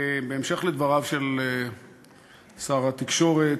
בהמשך לדבריו של שר התקשורת,